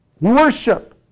worship